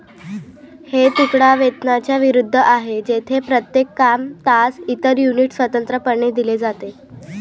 हे तुकडा वेतनाच्या विरुद्ध आहे, जेथे प्रत्येक काम, तास, इतर युनिट स्वतंत्रपणे दिले जाते